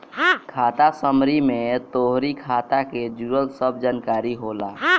खाता समरी में तोहरी खाता के जुड़ल सब जानकारी होला